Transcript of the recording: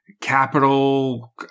capital